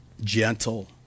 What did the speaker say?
gentle